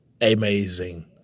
amazing